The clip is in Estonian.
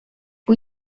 kui